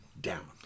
down